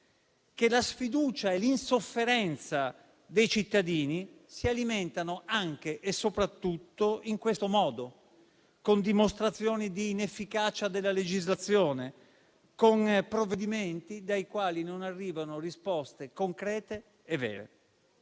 che la sfiducia e l'insofferenza dei cittadini si alimentano anche e soprattutto in questo modo, con dimostrazioni di inefficacia della legislazione, con provvedimenti dai quali non arrivano risposte concrete e vere.